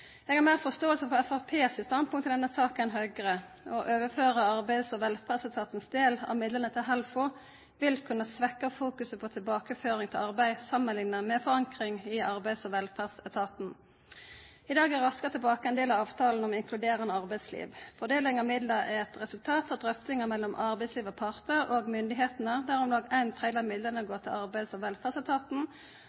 Jeg har mer forståelse for Fremskrittspartiets standpunkt i denne saken enn Høyres. Å overføre Arbeids- og velferdsetatens del av midlene til HELFO vil kunne svekke fokuseringen på tilbakeføring til arbeid sammenlignet med en forankring i Arbeids- og velferdsetaten. I dag er Raskere tilbake en del av avtalen om et inkluderende arbeidsliv. Fordelingen av midler er et resultat av drøftinger mellom arbeidslivets parter og myndighetene, der om lag en tredjedel av midlene